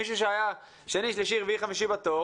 מישהו שהיה שני, שלישי, רביעי, חמישי בתור